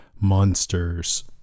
Monsters